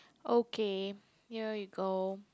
okay here you go